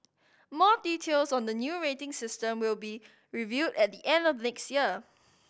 more details on the new rating system will be revealed at the end of next year